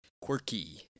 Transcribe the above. quirky